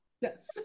yes